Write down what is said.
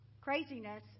craziness